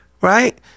Right